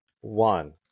one